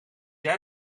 jij